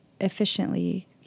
efficiently